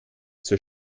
zur